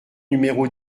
numéro